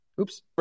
Oops